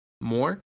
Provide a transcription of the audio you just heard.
more